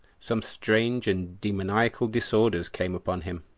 some strange and demoniacal disorders came upon him,